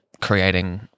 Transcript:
creating